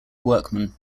workman